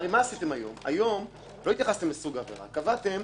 הם מסומנים בצהוב בנוסח.